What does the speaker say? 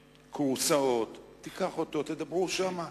כורסאות, תיקח אותו ותדברו שם.